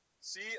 See